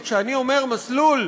כשאני אומר מסלול,